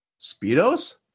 Speedos